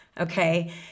Okay